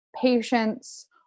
patients